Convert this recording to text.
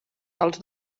els